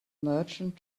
merchant